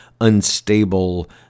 unstable